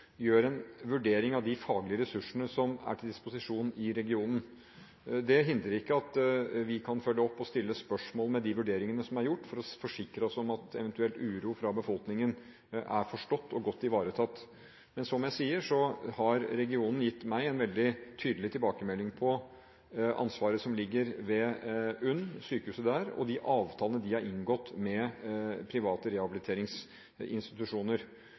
gjør en vurdering av de faglige ressursene som er til disposisjon i regionen. Det hindrer ikke at vi kan følge opp og stille spørsmål om de vurderingene som er gjort, for eventuelt å forsikre oss om at uro i befolkningen er forstått og godt ivaretatt. Men som jeg sier, har regionen gitt meg en veldig tydelig tilbakemelding på ansvaret som ligger ved UNN og sykehuset der, og de avtalene de har inngått med private rehabiliteringsinstitusjoner.